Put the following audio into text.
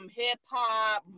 hip-hop